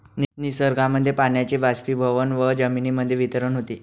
निसर्गामध्ये पाण्याचे बाष्पीभवन व जमिनीमध्ये वितरण होते